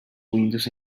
windows